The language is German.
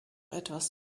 etwas